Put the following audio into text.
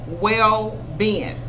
well-being